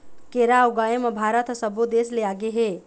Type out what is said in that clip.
केरा ऊगाए म भारत ह सब्बो देस ले आगे हे